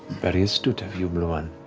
very astute of you, blue one.